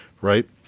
right